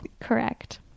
Correct